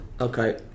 okay